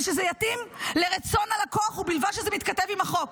שזה יתאים לרצון הלקוח ובלבד שזה מתכתב עם החוק.